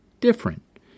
different